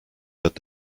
wird